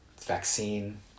vaccine